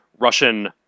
Russian